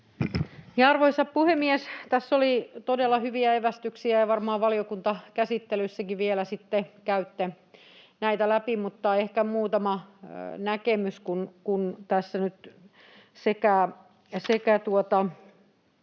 Arvoisa puhemies! Tässä oli todella hyviä evästyksiä, ja varmaan valiokuntakäsittelyssäkin vielä sitten käytte näitä läpi. Mutta ehkä muutama näkemys, kun tässä nyt Kivelä